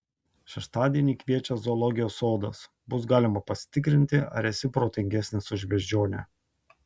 šeštadienį kviečia zoologijos sodas bus galima pasitikrinti ar esi protingesnis už beždžionę